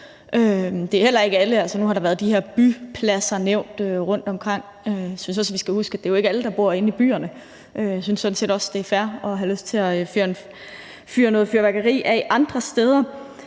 til privat brug. Nu har der været nævnt de her pladser i byer rundtomkring, og jeg synes også, vi skal huske, at det jo ikke er alle, der bor inde i byerne. Jeg synes sådan set også, det er fair at have lyst til at fyre noget fyrværkeri af andre steder,